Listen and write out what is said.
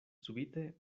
subite